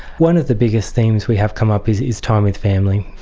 one of the biggest themes we have come up is is time with family.